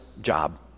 job